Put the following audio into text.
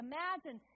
Imagine